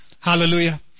hallelujah